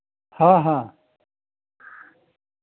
हाँ हाँ